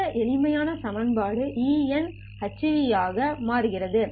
இந்த எளிமையா சமன்பாடு eηhν ஆக மாறுகிறது